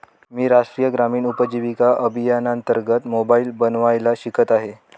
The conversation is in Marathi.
मी राष्ट्रीय ग्रामीण उपजीविका अभियानांतर्गत मोबाईल बनवायला शिकत आहे